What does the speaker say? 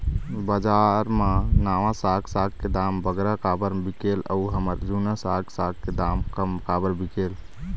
बजार मा नावा साग साग के दाम बगरा काबर बिकेल अऊ हमर जूना साग साग के दाम कम काबर बिकेल?